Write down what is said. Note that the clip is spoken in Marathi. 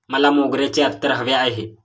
मला मोगऱ्याचे अत्तर हवे आहे